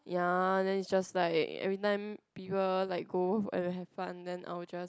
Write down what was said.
ya then is just like every time people like go and have then I will just